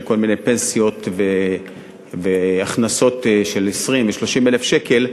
כל מיני פנסיות והכנסות של 20,000 ו-30,000 שקל,